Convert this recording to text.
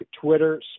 Twitter